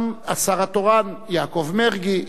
גם השר התורן יעקב מרגי,